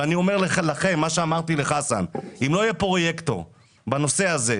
אבל אם לא יהיה פרויקטור לנושא הזה,